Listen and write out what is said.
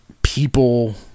People